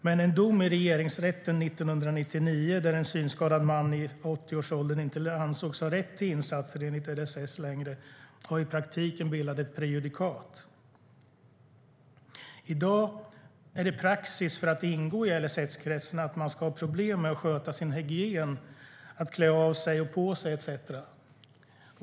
Men en dom i Regeringsrätten 1999, där en synskadad man i 80-årsåldern inte längre ansågs ha rätt till insatser enligt LSS, har i praktiken bildat ett prejudikat. I dag är det praxis för att ingå i LSS-kretsen att man ska ha problem med att sköta sin hygien, att klä av sig och på sig etcetera.